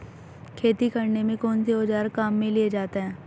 खेती करने में कौनसे औज़ार काम में लिए जाते हैं?